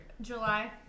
July